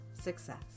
success